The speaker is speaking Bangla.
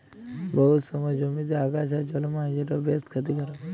বহুত সময় জমিতে আগাছা জল্মায় যেট বেশ খ্যতিকারক